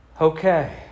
okay